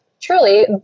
truly